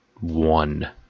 one